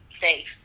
safe